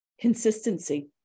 Consistency